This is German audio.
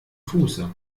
fuße